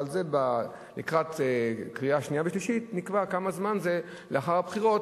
אבל לקראת קריאה שנייה ושלישית נקבע כמה זמן לאחר הבחירות